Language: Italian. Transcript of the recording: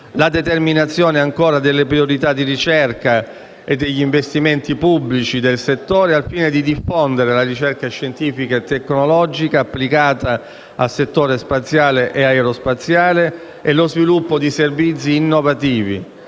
la determinazione delle priorità di ricerca e degli investimenti pubblici del settore al fine di diffondere la ricerca scientifica e tecnologica applicata al settore spaziale e aerospaziale e lo sviluppo di servizi innovativi,